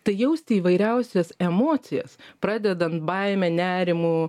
tai jausti įvairiausias emocijas pradedant baime nerimu